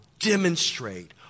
demonstrate